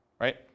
right